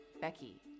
Becky